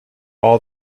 all